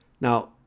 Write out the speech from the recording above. Now